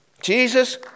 Jesus